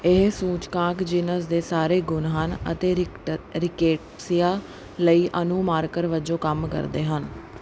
ਇਹ ਸੂਚਕਾਂਕ ਜੀਨਸ ਦੇ ਸਾਰੇ ਗੁਣ ਹਨ ਅਤੇ ਰਿਕ ਰਿਕੇਟਸੀਆ ਲਈ ਅਣੂ ਮਾਰਕਰ ਵਜੋਂ ਕੰਮ ਕਰਦੇ ਹਨ